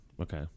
Okay